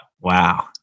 Wow